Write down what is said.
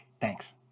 Thanks